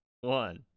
one